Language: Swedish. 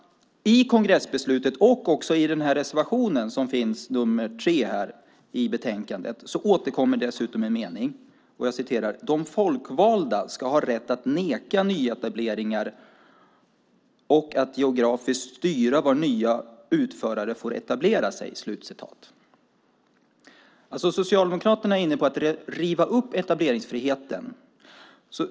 I kongressbeslutet och i reservation 3 i betänkandet återkommer dessutom en mening, nämligen: De folkvalda ska ha rätt att neka nyetableringar och att geografiskt styra var nya utförare får etablera sig. Socialdemokraterna är inne på att riva upp etableringsfriheten.